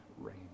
rain